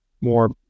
more